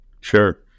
Sure